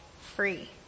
free